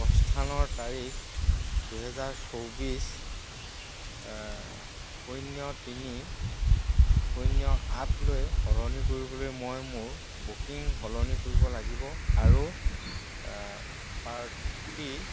প্ৰস্থানৰ তাৰিখ দুই হেজাৰ চৌব্বিছ শূন্য তিনি শূন্য আঠলৈ সলনি কৰিবলৈ মই মোৰ বুকিং সলনি কৰিব লাগিব আৰু পাৰ্টি